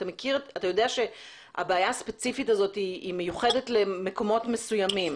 אתה יודע שהבעיה הספציפית הזאת מיוחדת למקומות מסוימים.